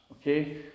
okay